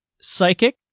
psychic